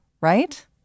right